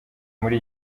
muri